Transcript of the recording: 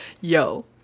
Yo